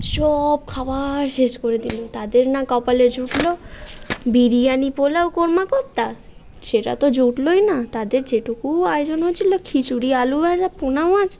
সব খাবার শেষ করে দিল তাদের না কপালে জুটল বিরিয়ানি পোলাও কোর্মা কোপ্তা সেটা তো জুটলই না তাদের যেটুকুও আয়োজন হয়েছিল খিচুড়ি আলু ভাজা পোনা মাছ